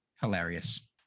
hilarious